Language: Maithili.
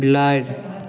बिलाड़ि